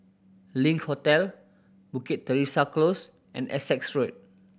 Link Hotel Bukit Teresa Close and Essex Road